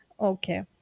Okay